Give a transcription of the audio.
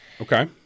okay